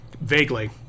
vaguely